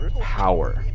power